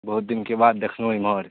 बहुत दिनके बाद देखलहुँ इमहर